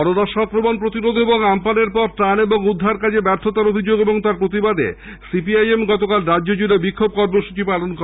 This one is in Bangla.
করোনা সংক্রমণ প্রতিরোধ এবং আমপানের পর ত্রাণ ও উদ্ধারকার্যে ব্যর্থতার অভিযোগ ও তার প্রতিবাদে সিপিআইএম গতকাল রাজ্যজুড়ে বিক্ষোভ কর্মসূচী পালন করে